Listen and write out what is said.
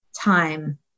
time